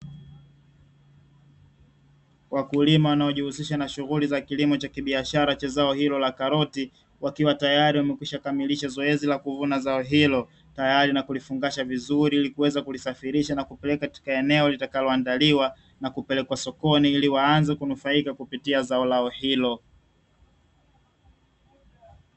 Wakulima wanaojihusisha na shughuli za kilimo cha kibiashara cha zao hilo la karoti, wakiwa tayari wamekwishakamilisha zoezi la kuvuna zao hilo tayari na kulifungasha vizuri, ili kuweza kulisafirisha na kupeleka katika eneo litakalo andaliwa na kupelekwa sokoni ili waanze kunufaika kupitia zao lao hilo.